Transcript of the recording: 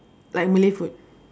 like malay food